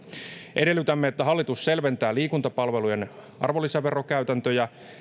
edellytämme että hallitus selventää liikuntapalvelujen arvonlisäverokäytäntöjä